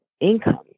income